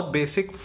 basic